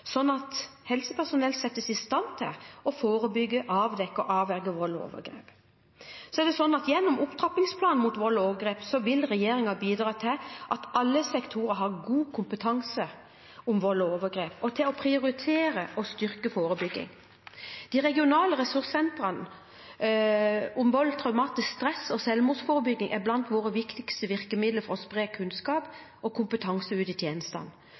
at helsepersonell settes i stand til å forebygge, avdekke og avverge vold og overgrep. Gjennom opptrappingsplanen mot vold og overgrep vil regjeringen bidra til at alle sektorer har god kompetanse om vold og overgrep og til å prioritere og styrke forebygging. De regionale ressurssentrene om vold, traumatisk stress og selvmordsforebygging er blant våre viktigste virkemidler for å spre kunnskap og kompetanse ut i tjenestene,